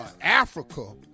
Africa